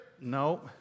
no